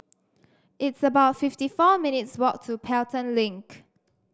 it's about fifty four minutes' walk to Pelton Link